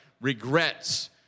regrets